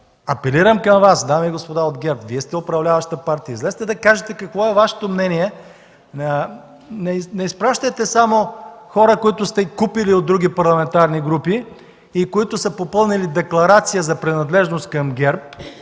Апелирам към Вас, дами и господа от ГЕРБ, Вие сте управляваща партия, излезте да кажете какво е Вашето мнение. Не изпращайте само хора, които сте купили от други парламентарни групи и които са попълнили декларация за принадлежност към ГЕРБ,